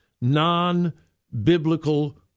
non-biblical